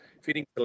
feeding